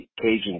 Cajun